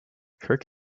kirk